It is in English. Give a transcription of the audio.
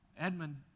Edmund